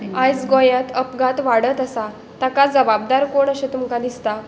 आयज गोंयात अपघात वाडत आसात ताका जबाबदार कोण अशें तुमकां दिसता